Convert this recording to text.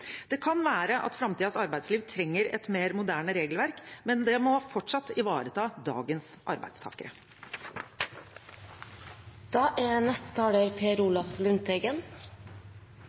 Det kan være at framtidens arbeidsliv trenger et mer moderne regelverk, men det må fortsatt ivareta dagens